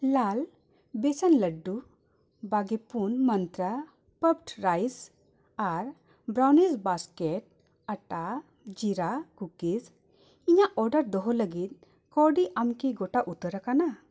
ᱞᱟᱞ ᱵᱤᱥᱟᱞ ᱞᱟᱰᱩ ᱵᱟᱜᱮ ᱯᱩᱱ ᱢᱟᱱᱛᱨᱟ ᱯᱚᱰ ᱨᱟᱭᱤᱥ ᱟᱨ ᱵᱨᱟᱣᱱᱤᱥ ᱵᱟᱥᱠᱮᱹᱴ ᱟᱴᱟ ᱡᱤᱨᱟ ᱠᱩᱠᱤᱥ ᱤᱧᱟᱹᱜ ᱚᱰᱟᱨ ᱫᱚᱦᱚ ᱞᱟᱹᱜᱤᱫ ᱠᱟᱹᱣᱰᱤ ᱮᱢ ᱠᱤ ᱜᱳᱴᱟ ᱩᱛᱟᱹᱨ ᱟᱠᱟᱱᱟ